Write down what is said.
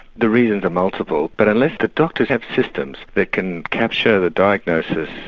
the reasons are multiple but unless the doctors have systems that can capture the diagnosis,